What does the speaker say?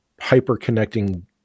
hyper-connecting